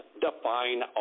define